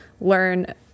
learn